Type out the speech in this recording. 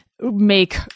make